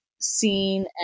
seen